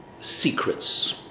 secrets